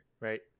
right